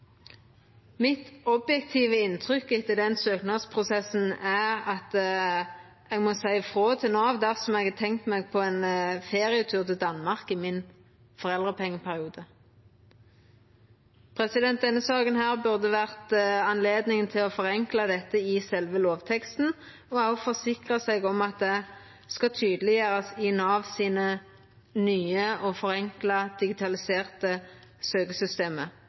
Mitt objektive inntrykk etter den søknadsprosessen er at eg må seia frå til Nav dersom eg har tenkt meg på ein ferietur til Danmark i foreldrepengeperioden. Denne saka her burde vore anledninga til å forenkla dette i sjølve lovteksten og òg forsikra seg om at det skal tydeleggjerast i Nav sine nye og forenkla digitaliserte